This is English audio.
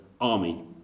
army